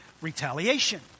retaliation